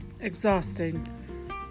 exhausting